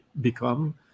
become